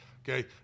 Okay